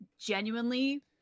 genuinely